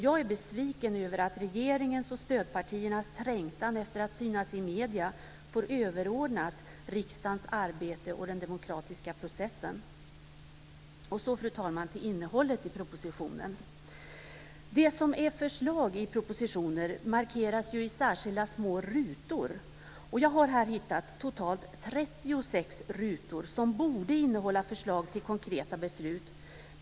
Jag är besviken över att regeringens och stödpartiernas trängtan efter att synas i medierna får överordnas riksdagens arbete och den demokratiska processen. Så, fru talman, till innehållet i propositionen. Det som är förslag i propositioner markeras i särskilda små rutor. Jag har här hittat totalt 36 rutor som borde innehålla förslag till konkreta beslut.